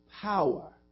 power